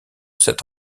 sept